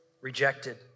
rejected